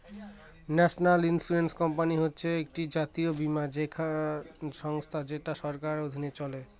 national insurance company হচ্ছে একটি জাতীয় বীমা সংস্থা যেটা সরকারের অধীনে চলে